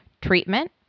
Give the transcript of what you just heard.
Treatment